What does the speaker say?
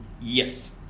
Yes